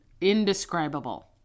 indescribable